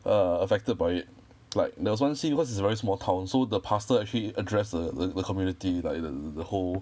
err affected by it like there was one scene because it's a very small town so the pastor actually addressed the the community like the the the whole